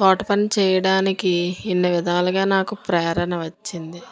తోట పని చేయడానికి ఇన్ని విధాలుగా నాకు ప్రేరణ వచ్చింది